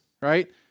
right